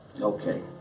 Okay